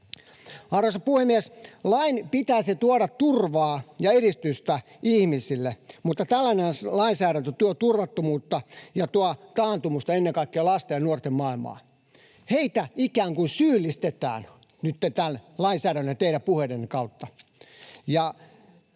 Arvoisa puhemies! Lain pitäisi tuoda turvaa ja edistystä ihmisille, mutta tällainen lainsäädäntö tuo turvattomuutta ja tuo taantumusta ennen kaikkea lasten ja nuorten maailmaan. Heitä ikään kuin syyllistetään nytten tämän lainsäädännön ja teidän puheidenne kautta.